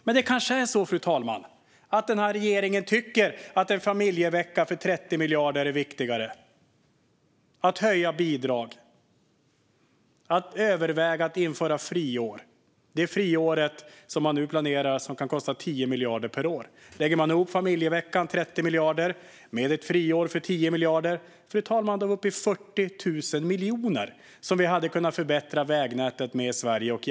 Men det kanske är så, fru talman, att den här regeringen tycker att en familjevecka för 30 miljarder, att höja bidrag och att överväga att införa friår är viktigare. Det friår som man nu planerar kan kosta 10 miljarder per år. Lägger man ihop familjeveckan, 30 miljarder, med ett friår, 10 miljarder, då är vi uppe i 40 000 miljoner som vi hade kunnat förbättra vägnätet och järnvägen i Sverige med.